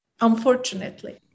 Unfortunately